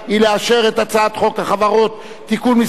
היא לאשר את הצעת חוק החברות (תיקון מס'